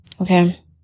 Okay